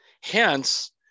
Hence